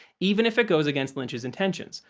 even if it goes against lynch's intentions,